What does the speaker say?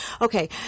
Okay